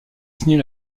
signée